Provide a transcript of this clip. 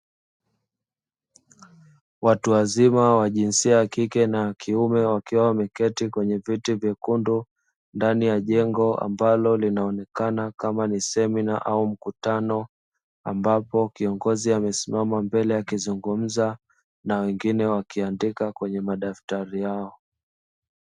Watu wazima wa jinsia ya kike na kiume wakiwa wameketi kwenye viti vyekundu ndani ya jengo ambalo linaonekana kama ni semina au mkutano ambapo kiongozi amesimama mbele ya akizungumza na wengine wakiandika kwenye madaftari yao.